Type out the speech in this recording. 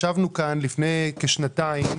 ישבנו כאן לפני כשנתיים